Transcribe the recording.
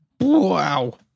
Wow